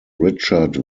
richard